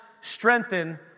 strengthen